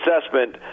assessment